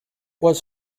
was